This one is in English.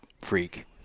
freak